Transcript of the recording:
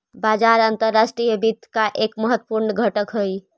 बाजार अंतर्राष्ट्रीय वित्त का एक महत्वपूर्ण घटक हई